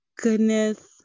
goodness